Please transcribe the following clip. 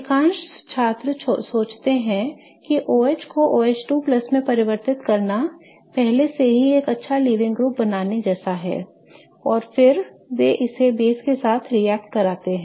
अधिकांश छात्र सोचते हैं कि OH को OH2 में परिवर्तित करना पहले से ही एक अच्छा लीविंग ग्रुप बनाने जैसा है और फिर वे इसे बेस के साथ रिएक्ट करते हैं